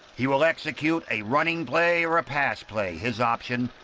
he'll execute a running play or a pass play, his option,